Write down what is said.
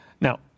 Now